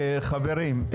חברים.